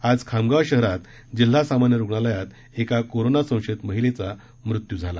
आज खामगाव शहरात जिल्हा सामान्य रुग्णालयामध्ये एका कोरोना संशयित महिलेचा मृत्यू झाला